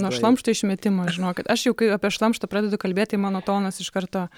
nuo šlamšto išmetimo ir žinokit aš jau kai apie šlamštą pradedu kalbėt tai mano tonas iš karto